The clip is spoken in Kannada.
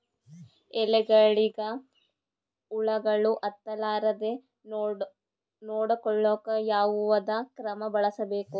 ಎಲೆಗಳಿಗ ಹುಳಾಗಳು ಹತಲಾರದೆ ನೊಡಕೊಳುಕ ಯಾವದ ಕ್ರಮ ಬಳಸಬೇಕು?